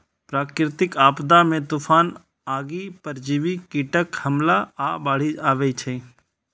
प्राकृतिक आपदा मे तूफान, आगि, परजीवी कीटक हमला आ बाढ़ि अबै छै